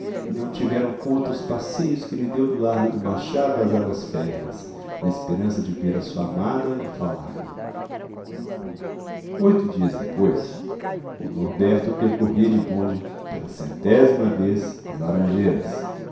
não tiveram conta os passeios que ele deu do largo do machado às águas férreas na esperança de ver a sua amada e falar-lhe oito dias depois o norberto percorria de bonde pela centésima vez as laranjeiras